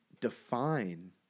define